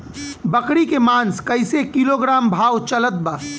बकरी के मांस कईसे किलोग्राम भाव चलत बा?